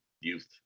youth